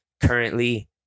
currently